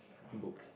books